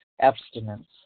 Abstinence